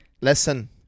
listen